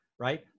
right